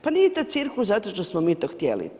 Pa nije taj cirkus zato što smo mi to htjeli.